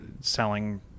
selling